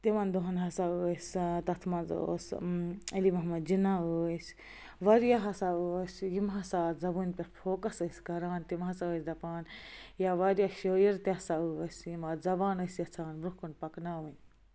تِمن دۄہن ہَسا ٲسۍ تَتھ منٛز اوس علی محمد جِنا ٲسۍ واریاہ ہَسا ٲسۍ یِم ہَسا اَتھ زبٲنۍ پٮ۪ٹھ فوکس ٲسۍ کَران تِم ہَسا ٲسۍ دَپان یا واریاہ شٲعر تہِ ہَسا ٲسۍ یِم اَتھ زبان ٲسۍ یَژھان برٛۄنٛہہ کُن پکناوٕنۍ